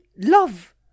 love